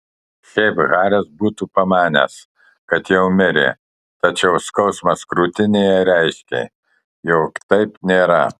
šiaip haris būtų pamanęs kad jau mirė tačiau skausmas krūtinėje reiškė jog taip nėra